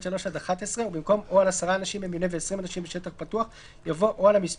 אבל אנחנו לא נמנע ולא נגיד לסדרן להושיב